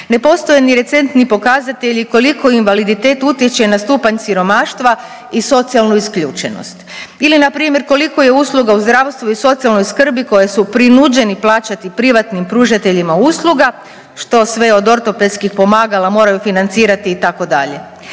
Ne postoje ni recentni pokazatelji koliko invaliditet utječe na stupanj siromaštva i socijalnu isključenost ili npr. koliko je usluga u zdravstvu i socijalno skrbi koje su prinuđeni plaćati privatnim pružateljima uslugama, što sve od ortopedskih pomagala moraju financirati itd.